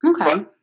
Okay